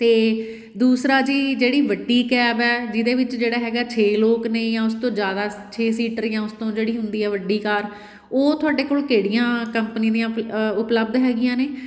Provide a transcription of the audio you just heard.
ਅਤੇ ਦੂਸਰਾ ਜੀ ਜਿਹੜੀ ਵੱਡੀ ਕੈਬ ਹੈ ਜਿਹਦੇ ਵਿੱਚ ਜਿਹੜਾ ਹੈਗਾ ਛੇ ਲੋਕ ਨੇ ਜਾਂ ਉਸ ਤੋਂ ਜ਼ਿਆਦਾ ਛੇ ਸੀਟਰ ਜਾਂ ਉਸ ਤੋਂ ਜਿਹੜੀ ਹੁੰਦੀ ਆ ਵੱਡੀ ਕਾਰ ਉਹ ਤੁਹਾਡੇ ਕੋਲ ਕਿਹੜੀਆਂ ਕੰਪਨੀ ਦੀਆਂ ਉਪ ਉਪਲਬਧ ਹੈਗੀਆਂ ਨੇ